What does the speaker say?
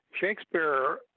Shakespeare